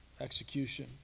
execution